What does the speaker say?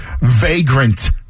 Vagrant